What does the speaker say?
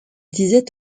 disait